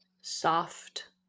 soft